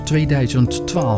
2012